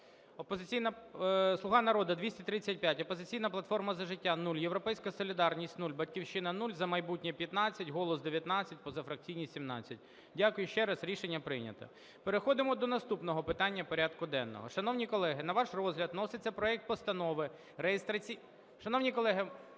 "Слуга народу" – 235, "Опозиційна платформа – За життя" – 0, "Європейська солідарність" – 0, "Батьківщина" – 0, "За майбутнє" – 15, "Голос" – 19, позафракційні – 17. Дякую ще раз. Рішення прийнято. Переходимо до наступного питання порядку денного. Шановні колеги, на ваш розгляд вноситься проект Постанови реєстраційний…